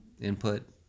input